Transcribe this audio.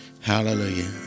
Hallelujah